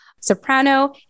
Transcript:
soprano